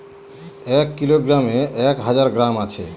এক কিলোগ্রামে এক হাজার গ্রাম আছে